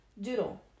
doodle